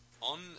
on